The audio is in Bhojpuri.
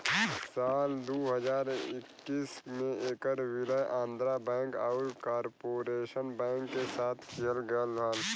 साल दू हज़ार इक्कीस में ऐकर विलय आंध्रा बैंक आउर कॉर्पोरेशन बैंक के साथ किहल गयल रहल